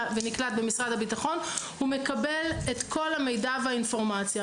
ונקלט במשרד הביטחון הוא מקבל את כל המידע והאינפורמציה.